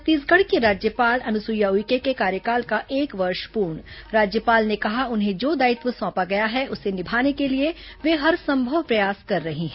छत्तीसगढ की राज्यपाल अनुसुईया उइके के कार्यकाल का एक वर्ष पूर्ण राज्यपाल ने कहा उन्हें जो दायित्व सौंपा गया है उसे निमाने के लिए वे हरसंभव प्रयास कर रही हैं